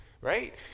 right